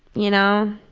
you know?